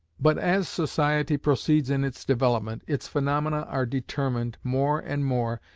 but as society proceeds in its development, its phaenomena are determined, more and more,